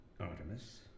Artemis